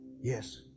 Yes